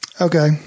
Okay